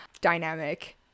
dynamic